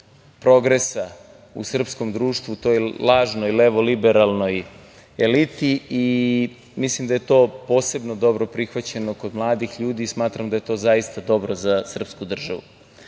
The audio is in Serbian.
progresa u srpskom društvu, toj lažnoj levoliberalnoj eliti i mislim da je to posebno dobro prihvaćeno kod mladih ljudi. Smatram da je to zaista dobro za srpsku državu. Kada